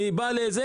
אני בא למקום,